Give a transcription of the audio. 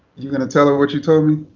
you going to tell her what you told me?